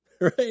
right